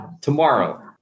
tomorrow